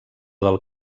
del